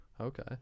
Okay